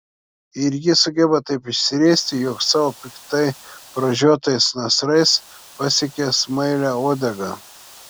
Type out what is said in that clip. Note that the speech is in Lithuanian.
ir ji sugeba taip išsiriesti jog savo piktai pražiotais nasrais pasiekia smailią uodegą